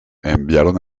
enviaron